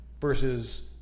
versus